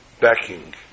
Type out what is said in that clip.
backing